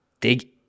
dig